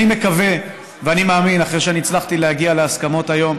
אני מקווה ואני מאמין אחרי שאני הצלחתי להגיע להסכמות היום,